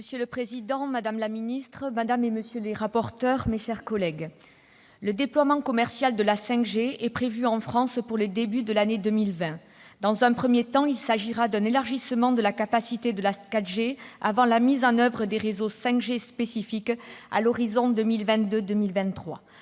Monsieur le président, madame la secrétaire d'État, mes chers collègues, le déploiement commercial de la 5G est prévu en France pour le début de l'année 2020. Dans un premier temps, il s'agira d'un élargissement de la capacité de la 4G avant la mise en oeuvre des réseaux 5G spécifiques à l'horizon de 2022-2023.